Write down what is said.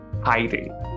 hiding